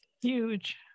huge